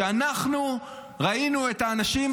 כשאנחנו ראינו את האנשים,